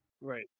Right